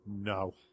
no